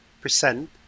percent